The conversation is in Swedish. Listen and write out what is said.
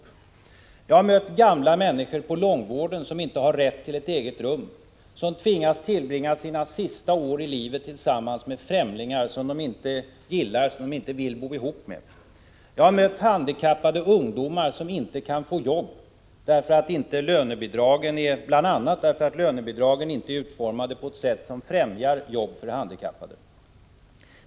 Jag har mött gamla människor på långvården som inte har rätt till ett eget rum, som tvingas tillbringa sina sista år i livet tillsammans med främlingar som de inte gillar, som de inte vill bo ihop med. Jag har mött handikappade ungdomar som inte kan få jobb, bl.a. därför att lönebidragen inte är utformade på ett sätt som främjar jobb för handikappade.